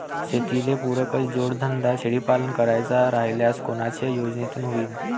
शेतीले पुरक जोडधंदा शेळीपालन करायचा राह्यल्यास कोनच्या योजनेतून होईन?